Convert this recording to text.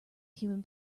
human